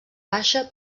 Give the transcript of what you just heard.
baixa